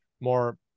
more